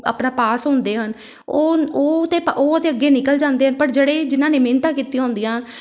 ਆਪਣਾ ਪਾਸ ਹੁੰਦੇ ਹਨ ਉਹ ਉਹ ਤਾਂ ਪ ਉਹ ਤਾਂ ਅੱਗੇ ਨਿਕਲ ਜਾਂਦੇ ਬਟ ਜਿਹੜੇ ਜਿਨ੍ਹਾਂ ਨੇ ਮਿਹਨਤਾਂ ਕੀਤੀਆਂ ਹੁੰਦੀਆਂ